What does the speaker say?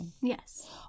Yes